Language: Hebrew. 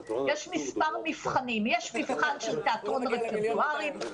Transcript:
יש מבחן של תיאטרון רפרטוארי,